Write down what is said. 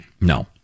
No